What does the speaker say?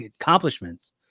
accomplishments